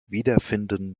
wiederfinden